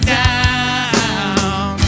down